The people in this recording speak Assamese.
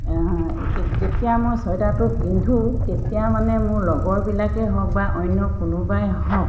যেতিয়া মই চুৱেটাৰটো পিন্ধো তেতিয়া মানে মোৰ লগৰবিলাকেই হওক বা অন্য কোনোবাই হওক